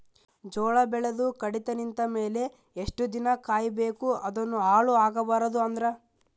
ಜೋಳ ಬೆಳೆದು ಕಡಿತ ನಿಂತ ಮೇಲೆ ಎಷ್ಟು ದಿನ ಕಾಯಿ ಬೇಕು ಅದನ್ನು ಹಾಳು ಆಗಬಾರದು ಅಂದ್ರ?